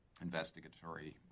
investigatory